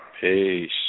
Peace